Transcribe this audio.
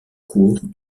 cours